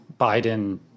Biden